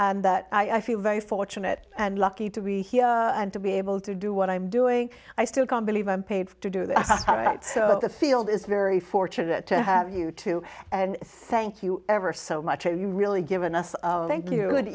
that i feel very fortunate and lucky to be here and to be able to do what i'm doing i still can't believe i'm paid to do this so the field is very fortunate to have you too and thank you ever so much and you really given us thank you an